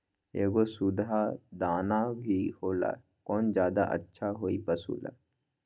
एगो सुधा दाना भी होला कौन ज्यादा अच्छा होई पशु ला?